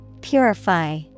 Purify